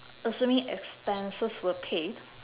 assuming expenses were paid